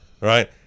Right